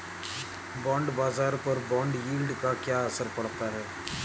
Bond बाजार पर bond yield का क्या असर पड़ता है?